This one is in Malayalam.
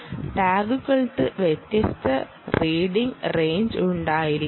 ടാഗുകൾക്ക് വ്യത്യസ്ത റീഡിഗ് റേഞ്ച് ഉണ്ടായിരിക്കാം